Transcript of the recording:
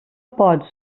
pot